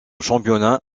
championnat